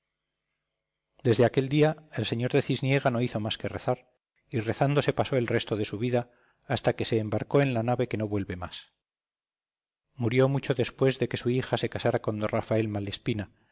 desde aquel día el sr de cisniega no hizo más que rezar y rezando se pasó el resto de su vida hasta que se embarcó en la nave que no vuelve más murió mucho después de que su hija se casara con d rafael malespina